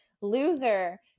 Loser